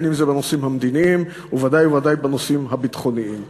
בין אם זה בנושאים המדיניים ובוודאי ובוודאי בנושאים הביטחוניים.